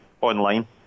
online